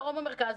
דרום או מרכז.